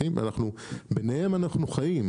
ביניהם אנחנו חיים.